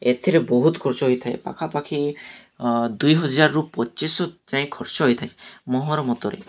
ଏଥିରେ ବହୁତ ଖର୍ଚ୍ଚ ହୋଇଥାଏ ପାଖାପାଖି ଦୁଇ ହଜାରରୁୁ ପଚିଶ ଯାଏଁ ଖର୍ଚ୍ଚ ହୋଇଥାଏ ମୋର ମତରେ